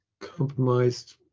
compromised